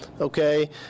okay